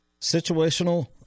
situational